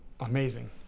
Amazing